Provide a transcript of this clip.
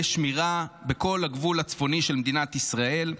שמירה בכל הגבול הצפוני של מדינת ישראל,